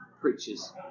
preachers